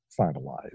finalized